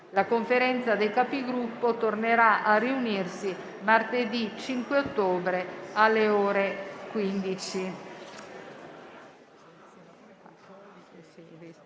La Conferenza dei Capigruppo tornerà a riunirsi martedì 5 ottobre alle ore 15.